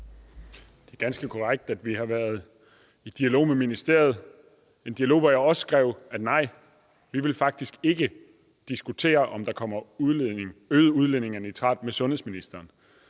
Det er ganske korrekt, at vi har været i dialog med ministeriet – en dialog, hvor jeg også skrev, at vi faktisk ikke ville diskutere med sundhedsministeren,